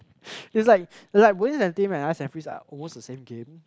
it's like like police and thief and ice and freeze are almost the same game